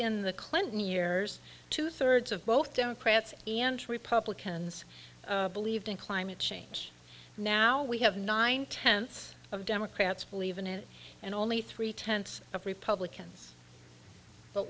in the clinton years two thirds of both democrats and republicans believed in climate change now we have nine tenths of democrats believe in it and only three tenths of republicans but